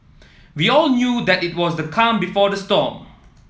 we all knew that it was the calm before the storm